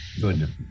Good